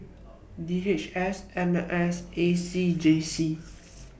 D H S M S A C J C